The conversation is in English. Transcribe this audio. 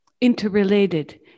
interrelated